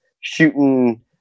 shooting